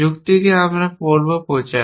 যুক্তির যাকে আমরা বলব প্রচার